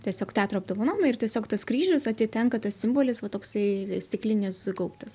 tiesiog teatro apdovanojimai ir tiesiog tas kryžius atitenka tas simbolis va toksai stiklinis gaubtas